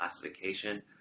classification